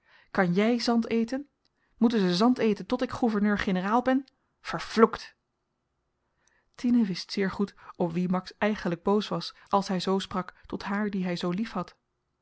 kan jy zand eten moeten ze zand eten tot ik gouverneur-generaal ben vervloekt tine wist zeer goed op wien max eigenlyk boos was als hy zoo sprak tot haar die hy zoo liefhad